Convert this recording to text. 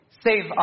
save